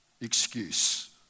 excuse